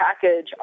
package